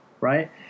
Right